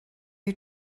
you